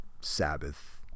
sabbath